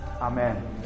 Amen